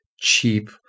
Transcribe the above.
cheap